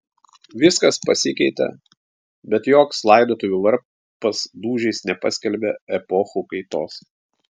viskas pasikeitė bet joks laidotuvių varpas dūžiais nepaskelbė epochų kaitos